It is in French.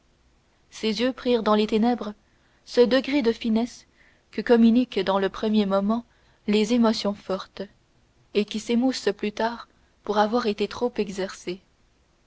ses yeux prirent dans les ténèbres ce degré de finesse que communiquent dans le premier moment les émotions fortes et qui s'émousse plus tard pour avoir été trop exercé